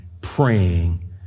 praying